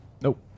Nope